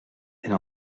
elle